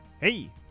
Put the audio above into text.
Hey